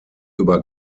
über